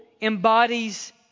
embodies